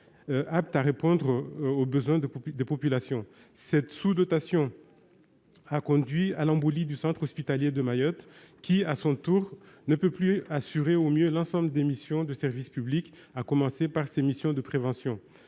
apte à répondre aux besoins des populations. Cette sous-dotation a entraîné l'embolie du centre hospitalier de Mayotte, qui, à son tour, ne peut plus assurer au mieux l'ensemble de ses missions de service public, à commencer par ses missions de prévention.